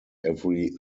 every